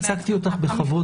עו"ד